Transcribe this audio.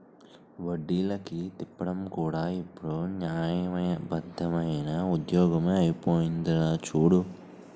వడ్డీలకి తిప్పడం కూడా ఇప్పుడు న్యాయబద్దమైన ఉద్యోగమే అయిపోందిరా చూడు